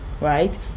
right